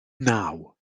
naw